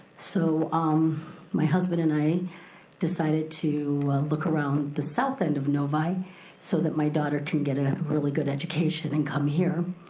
so um my husband and i decided to look around the south end of novi so that my daughter can get a really good education and come here.